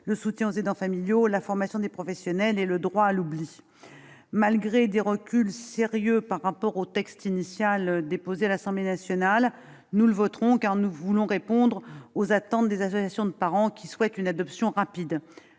le soutien aux aidants familiaux, la formation des professionnels et le droit à l'oubli, malgré des reculs sérieux par rapport au texte initialement déposé à l'Assemblée nationale ; nous voulons répondre aux attentes des associations de parents, qui souhaitent une adoption rapide.